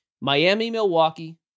Miami-Milwaukee